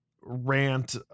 rant